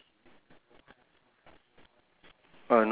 so do you see a